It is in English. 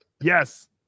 Yes